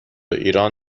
ایران